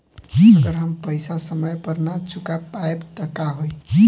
अगर हम पेईसा समय पर ना चुका पाईब त का होई?